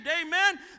amen